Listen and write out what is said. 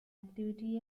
activity